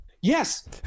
Yes